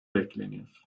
bekleniyor